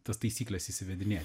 tas taisykles įsivedinėt